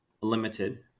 limited